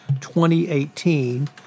2018